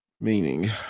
meaning